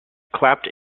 clapped